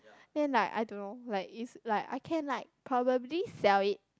then like I don't know like is like I can like probably sell it